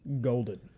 golden